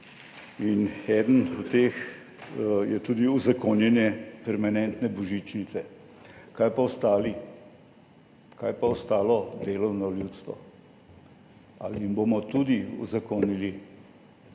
in eden od teh je tudi uzakonjenje permanentne božičnice. Kaj pa ostali? Kaj pa ostalo delovno ljudstvo? Ali jim bomo tudi uzakonili